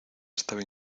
estaba